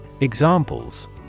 Examples